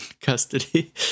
custody